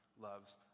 loves